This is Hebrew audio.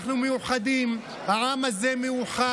אנחנו מאוחדים, העם הזה מאוחד,